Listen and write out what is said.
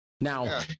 Now